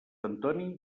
antoni